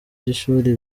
by’ishuri